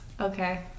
okay